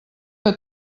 que